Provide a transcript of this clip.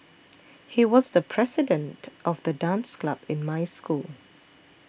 he was the president of the dance club in my school